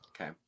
Okay